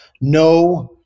No